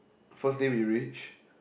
first day we arrange